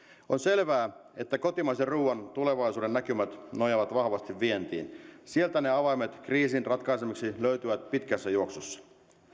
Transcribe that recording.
on selvää että kotimaisen ruuan tulevaisuudennäkymät nojaavat vahvasti vientiin sieltä ne avaimet kriisin ratkaisemiseksi löytyvät pitkässä juoksussa